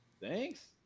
Thanks